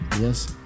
Yes